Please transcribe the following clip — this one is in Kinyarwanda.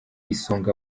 isonga